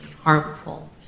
harmful